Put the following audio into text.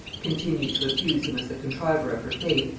continued to accuse him as the contriver of her fate,